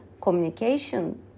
communication